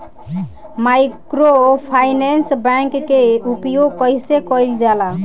Microfinance bank के उपयोग कइसे कइल जाला?